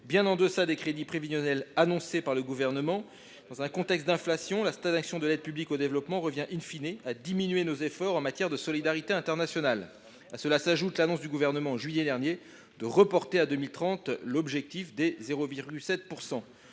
bien en deçà des crédits prévisionnels annoncés par le Gouvernement. Dans un contexte d’inflation, la stagnation annoncée des crédits de l’aide publique au développement revient à diminuer nos efforts en matière de solidarité internationale. À cela s’ajoute l’annonce du Gouvernement, en juillet dernier, de reporter à 2030 l’objectif des 0,7